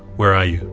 where are you?